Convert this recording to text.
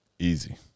Easy